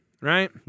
right